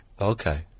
Okay